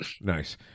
Nice